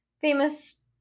famous